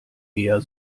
eher